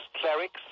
clerics